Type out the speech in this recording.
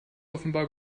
offenbar